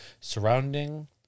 surrounding